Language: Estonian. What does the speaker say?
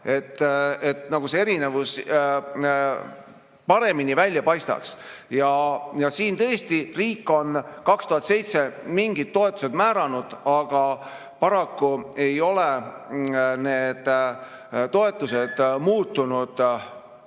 et see erinevus paremini välja paistaks. Tõesti, riik on 2007. aastal mingid toetused määranud, aga paraku ei ole need toetused muutunud